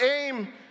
aim